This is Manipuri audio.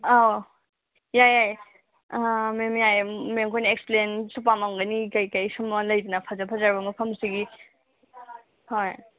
ꯑꯧ ꯌꯥꯏ ꯌꯥꯏ ꯑꯥ ꯃꯦꯝ ꯌꯥꯏꯌꯦ ꯃꯦꯝ ꯈꯣꯏꯅ ꯑꯦꯛꯁꯄ꯭ꯂꯦꯟꯁꯨ ꯄꯥꯝꯃꯝꯒꯅꯤ ꯀꯩ ꯀꯩ ꯁꯨꯝꯕ ꯂꯩꯗꯅ ꯐꯖ ꯐꯖꯔꯕ ꯃꯐꯝꯁꯤꯒꯤ ꯍꯣꯏ